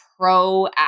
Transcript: proactive